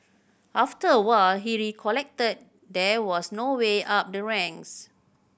after a while he recollected there was no way up the ranks